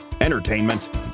entertainment